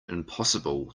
impossible